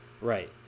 Right